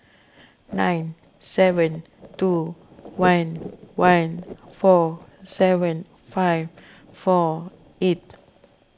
nine seven two one one four seven five four eight